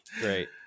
Great